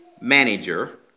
manager